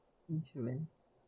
insurance